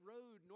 Road